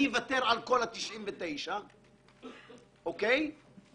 אני אוותר על כל ה-99 או הפוך?